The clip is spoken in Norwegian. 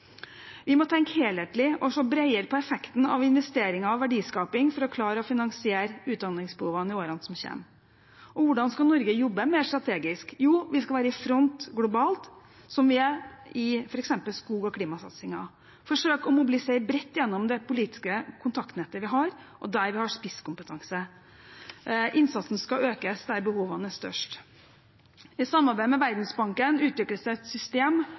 Vi må tenke helhetlig og se bredere på effekten av investeringer og verdiskaping for å klare å finansiere utdanningsbehovene i årene som kommer. Og hvordan skal Norge jobbe mer strategisk? Jo, vi skal være i front globalt, som vi er i f.eks. skog- og klimasatsingen, og forsøke å mobilisere bredt igjennom det politiske kontaktnettet vi har, og der vi har spisskompetanse. Innsatsen skal økes der behovene er størst. I samarbeid med Verdensbanken utvikles det et system